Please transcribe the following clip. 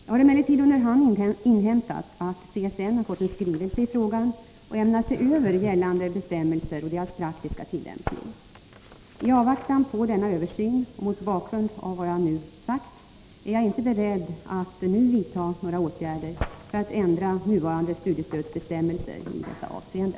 Jag har emellertid under hand inhämtat att CSN har fått in en skrivelse i frågan och ämnar se över gällande bestämmelser och deras praktiska tillämpning. I avvaktan på denna översyn och mot bakgrund av vad jag nu har sagt är jag inte beredd att nu vidta några åtgärder för att ändra nuvarande studiestödsbestämmelser i detta avseende.